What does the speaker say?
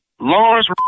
Lawrence